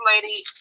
lady